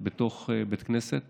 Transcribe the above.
בתוך בתי כנסת